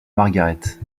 margaret